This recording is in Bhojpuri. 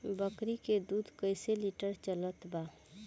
बकरी के दूध कइसे लिटर चलत बा?